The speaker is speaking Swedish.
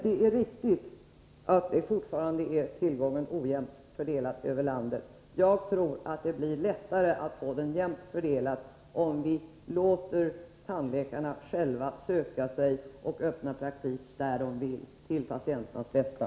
Det är riktigt att tillgången på tandläkare fortfarande är ojämnt fördelad över landet. Jag tror att det blir lättare att få den jämnt fördelad om vi låter tandläkarna själva söka sig dit de vill och öppna praktik, till patienternas bästa.